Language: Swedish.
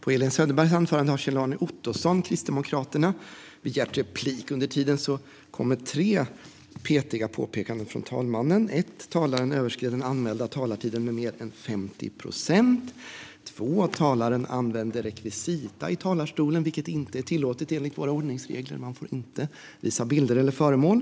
Innan jag ger ordet till Kjell-Arne Ottosson för replik vill jag komma med tre petiga påpekanden från talmannen. För det första överskred talaren den anmälda talartiden med mer än 50 procent. För det andra använde talaren rekvisita i talarstolen, vilket inte är tillåtet enligt våra ordningsregler. Man får inte visa bilder eller föremål.